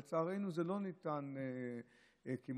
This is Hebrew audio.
לצערנו, זה לא ניתן לכולם.